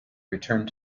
returned